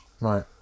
Right